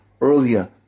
earlier